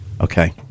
Okay